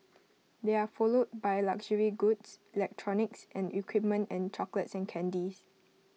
they are followed by luxury goods electronics and equipment and chocolates and candies